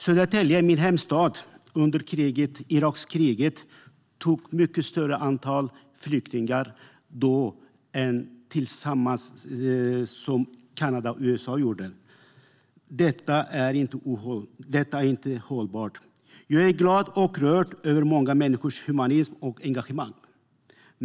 Södertälje, min hemstad, tog under Irakkriget emot ett mycket större antal flyktingar än vad Kanada och USA gjorde tillsammans. Detta är inte hållbart. Jag är glad och rörd över många människors humanism och engagemang.